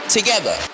together